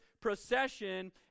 procession